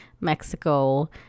Mexico